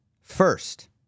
First